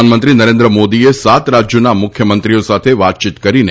પ્રધાનમંત્રી નરેન્દ્ર મોદીએ સાત રાજ્યોના મુખ્યમંત્રીઓ સાથે વાતચીત કરીને